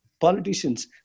politicians